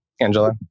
Angela